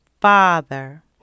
father